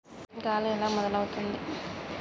గాలి ఎలా మొదలవుతుంది?